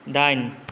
दाइन